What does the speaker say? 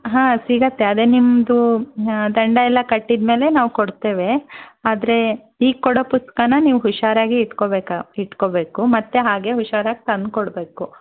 ಹಾಂ ಸಿಗುತ್ತೆ ಅದೇ ನಿಮ್ಮದು ದಂಡ ಎಲ್ಲ ಕಟ್ಟಿದ ಮೇಲೆ ನಾವು ಕೊಡ್ತೇವೆ ಆದ್ರೆ ಈಗ ಕೊಡೋ ಪುಸ್ತಕನ ನೀವು ಹುಷಾರಾಗೇ ಇಟ್ಕೋಬೇಕು ಇಟ್ಕೋಬೇಕು ಮತ್ತೆ ಹಾಗೇ ಹುಷಾರಾಗಿ ತಂದು ಕೊಡಬೇಕು